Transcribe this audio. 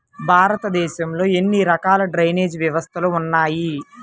భారతదేశంలో ఎన్ని రకాల డ్రైనేజ్ వ్యవస్థలు ఉన్నాయి?